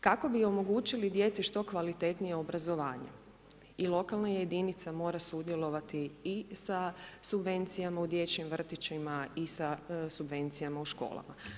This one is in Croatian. Kako bi omogućili djeci što kvalitetnije obrazovanje i lokalna jedinica mora sudjelovati i sa subvencijama u dječjim vrtićima i sa subvencijama u školama.